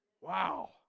Wow